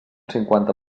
cinquanta